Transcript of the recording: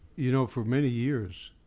you know, for many years,